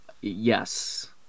Yes